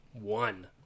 One